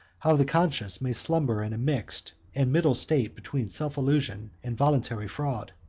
how the conscience may slumber in a mixed and middle state between self-illusion and voluntary fraud.